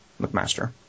mcmaster